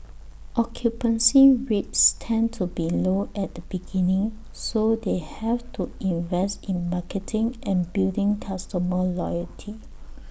occupancy rates tend to be low at the beginning so they have to invest in marketing and building customer loyalty